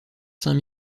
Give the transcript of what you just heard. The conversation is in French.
saint